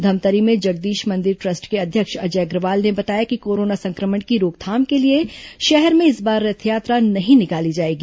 धमतरी में जगदीश मंदिर trust के अध्यक्ष अजय अग्रवाल ने बताया कि कोरोना संक्र म ण की रोकथाम के लिए शहर में इस बार रथयात्रा नहीं निकाली जाएगी